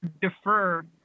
defer